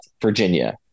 Virginia